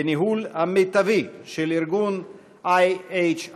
בניהול המיטבי של ארגון IHRA,